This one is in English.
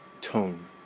tone